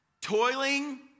toiling